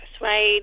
right